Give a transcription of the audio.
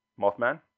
Mothman